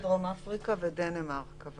אנגליה, דרום אפריקה ודנמרק.